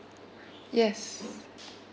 yes